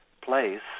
place